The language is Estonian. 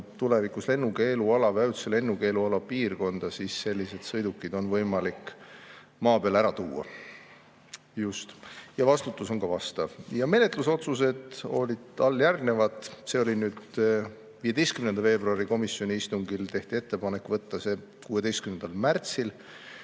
tulevikus lennukeeluala või ajutise lennukeeluala piirkonda, siis sellised sõidukid on võimalik maa peale ära tuua. Just. Vastutus on ka vastav. Menetlusotsused olid järgnevad, need tehti 15. veebruaril komisjoni istungil: tehti ettepanek võtta eelnõu 16. märtsil